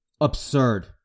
absurd